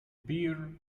beer